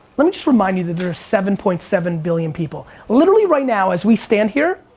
let me just remind you that there are seven point seven billion people. literally right now as we stand here,